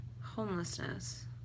homelessness